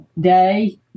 day